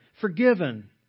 forgiven